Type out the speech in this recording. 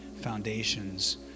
foundations